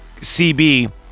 CB